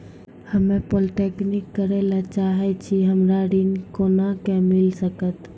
हम्मे पॉलीटेक्निक करे ला चाहे छी हमरा ऋण कोना के मिल सकत?